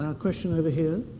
ah question over here.